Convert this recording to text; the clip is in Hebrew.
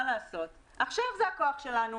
עכשיו זה הכוח שלנו.